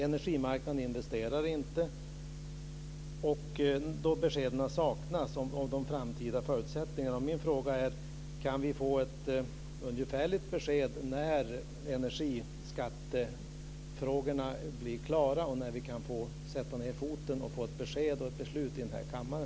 Energimarknaden investerar inte, och beskeden saknas om de framtida förutsättningarna. Min fråga är: Kan vi få ett ungefärligt besked om när energiskattefrågorna blir klara och när kan vi få sätta ned foten och få ett besked och ett beslut i denna kammare?